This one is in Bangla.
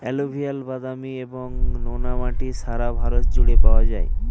অ্যালুভিয়াল, বাদামি এবং নোনা মাটি সারা ভারত জুড়ে পাওয়া যায়